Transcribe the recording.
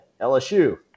LSU